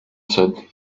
said